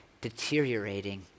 deteriorating